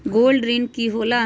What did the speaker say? Gold ऋण की होला?